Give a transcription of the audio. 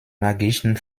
magischen